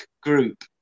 group